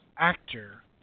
actor